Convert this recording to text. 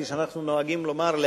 כפי שאנחנו נוהגים לומר,